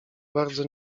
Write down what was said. bardzo